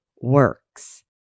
works